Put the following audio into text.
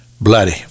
bloody